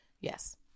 Yes